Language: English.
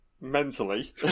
Mentally